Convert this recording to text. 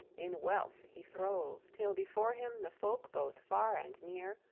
in wealth he throve, till before him the folk, both far and near,